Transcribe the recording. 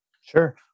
Sure